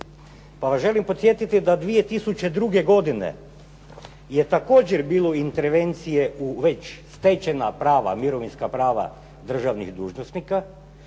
Pa vas želim podsjetiti da 2002. godine je također bilo intervencije u već stečena prava, mirovinska prava državnih dužnosnika